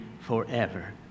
forever